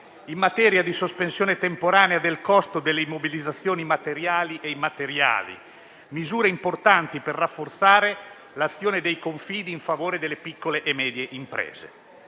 in materia di sospensione temporanea del costo delle immobilizzazioni materiali e immateriali; misure importanti per rafforzare l'azione dei Confidi in favore delle piccole e medie imprese.